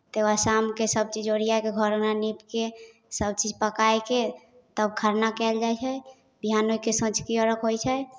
तकर बाद शामकेँ सभचीज ओरिया कऽ घर अङना नीप कऽ सभचीज पकाए कऽ तब खरना कयल जाइ है विहान होइ कऽ सँझुकी अरघ होइ छै